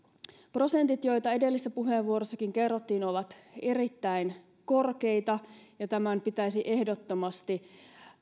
prosentit joita edellisessä puheenvuorossakin kerrottiin ovat erittäin korkeita ja tämän pitäisi ehdottomasti